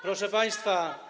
Proszę państwa.